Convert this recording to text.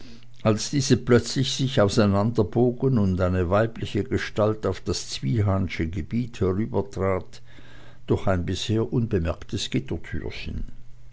als diese plötzlich sich auseinanderbogen und eine weibliche gestalt auf das zwiehansche gebiet herübertrat durch ein bisher unbemerktes